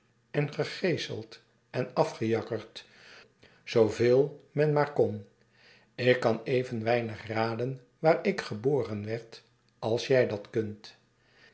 en gegeeseld en afgejakkerd zooveel men maar kon ik kan even weinig raden waar ik geboren werd als jy dat kunt